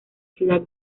ciudad